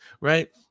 right